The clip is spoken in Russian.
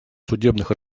судебных